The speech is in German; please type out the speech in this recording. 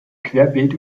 querbeet